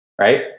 right